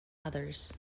others